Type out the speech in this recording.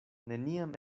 neniam